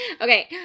Okay